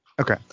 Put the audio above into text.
Okay